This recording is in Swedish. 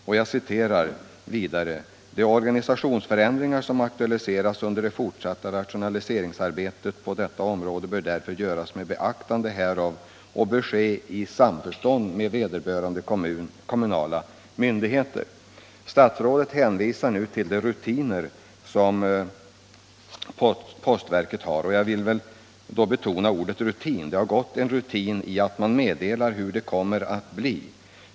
Trafikutskottet anförde vidare att de organisationsförändringar som aktualiserats under det fortsatta rationaliseringsarbetet på detta område bör göras med beaktande härav och ske i samförstånd med vederbörande kommunala myndigheter. Statsrådet hänvisar nu till de rutiner som postverket har. Jag vill här betona ordet rutin. Det har gått rutin i att man meddelar hur det kommer att bli.